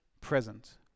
present